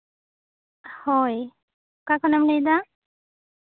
ᱦᱳᱭ ᱚᱠᱟ ᱠᱷᱚᱱᱮᱢ ᱞᱟᱹᱭᱫᱟ